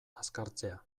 azkartzea